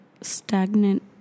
stagnant